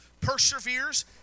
perseveres